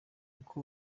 uko